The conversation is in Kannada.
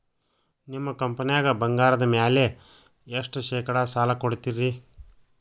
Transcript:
ನಿಮ್ಮ ಕಂಪನ್ಯಾಗ ಬಂಗಾರದ ಮ್ಯಾಲೆ ಎಷ್ಟ ಶೇಕಡಾ ಸಾಲ ಕೊಡ್ತಿರಿ?